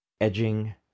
edging